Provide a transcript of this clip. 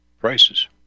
prices